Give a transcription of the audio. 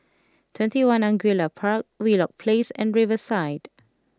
Twenty One Angullia Park Wheelock Place and Riverside